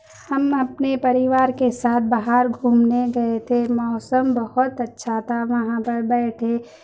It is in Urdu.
ہم اپنے پریوار کے ساتھ باہر گھومنے گئے تھے موسم بہت اچھا تھا وہاں پر بیٹھے